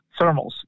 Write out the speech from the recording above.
thermals